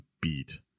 beat